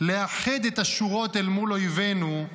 לאחד את השורות אל מול אויבינו,